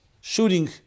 shooting